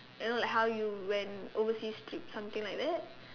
you know like how you went overseas trip something like that